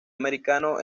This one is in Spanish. americano